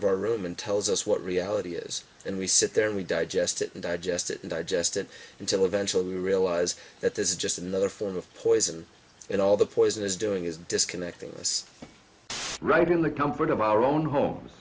of our room and tells us what reality is and we sit there and we digest it and digest it and digest it until eventually realize that this is just another form of poison and all the poison is doing is disconnecting this right in the comfort of our own home